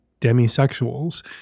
demisexuals